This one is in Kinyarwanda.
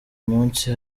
munsi